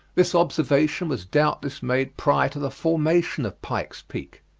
this observation was doubtless made prior to the formation of pike's peak.